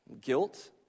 guilt